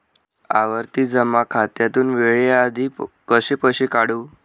आवर्ती जमा खात्यातून वेळेआधी कसे पैसे काढू?